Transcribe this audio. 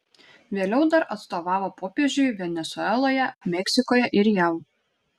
vėliau dar atstovavo popiežiui venesueloje meksikoje ir jav